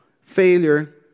failure